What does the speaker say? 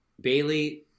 Bailey